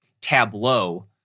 tableau